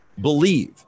believe